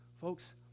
Folks